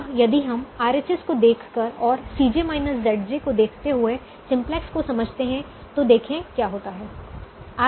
अब यदि हम RHS को देखकर और को देखते हुए सिम्पलेक्स को समझते हैं तो देखें क्या होता है